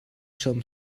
some